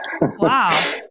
Wow